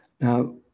Now